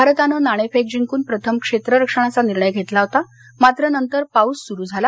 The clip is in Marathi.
भारताने नाणेफेक जिंकून प्रथम क्षेत्ररक्षणाचा निर्णय घेतला होता मात्र नंतर पाऊस सुरू झाला